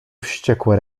wściekłe